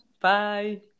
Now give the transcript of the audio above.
Bye